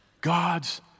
God's